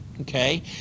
Okay